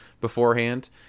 beforehand